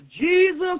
Jesus